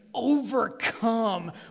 overcome